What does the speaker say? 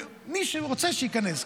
מי שרוצה שייכנס.